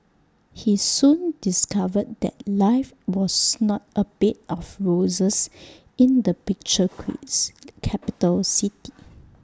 he soon discovered that life was not A bed of roses in the picture queues capital city